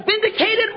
vindicated